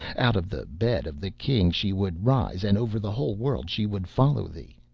out of the bed of the king she would rise, and over the whole world she would follow thee.